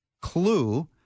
clue